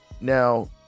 now